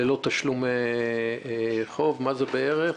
ללא תשלום חוב, מה זה בערך?